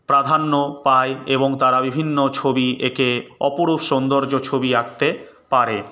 প্রাধান্য পায় এবং তারা বিভিন্ন ছবি এঁকে অপরূপ সৌন্দর্য ছবি আঁকতে পারে